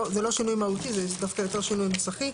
שינוי מהותי, זה דווקא יותר שינוי נוסחי.